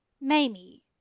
Mamie